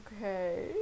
okay